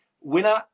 winner –